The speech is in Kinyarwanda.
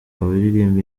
abaririmba